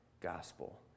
gospel